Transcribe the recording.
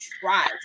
try